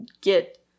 get